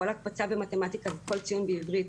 כל הקפצה במתמטיקה וכל ציון בעברית.